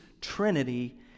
Trinity